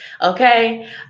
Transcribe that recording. Okay